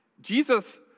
Jesus